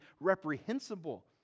reprehensible